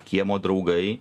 kiemo draugai